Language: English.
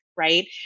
Right